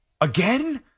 again